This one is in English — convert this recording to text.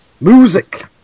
Music